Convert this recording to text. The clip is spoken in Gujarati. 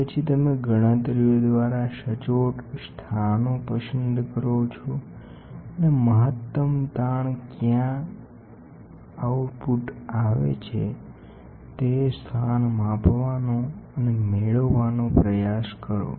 તે પછી તમે ગણતરીઓ દ્વારા સચોટ સ્થાનો પસંદ કરો છો અને મહત્તમ સ્ટ્રેસ ક્યાં બહાર આવે છે પછી તમે સ્ટ્રેનનું સ્થાન માપવાનો પ્રયાસ કરો